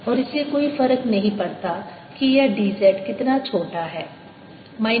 और इससे कोई फर्क नहीं पड़ता कि यह dz कितना छोटा है माइनस L से L तक